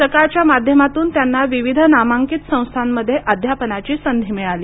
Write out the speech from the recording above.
सकाळच्या माध्यमातून त्यांना विविध नामांकित संस्थांमध्ये अध्यापनाची संधी मिळाली